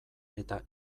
eta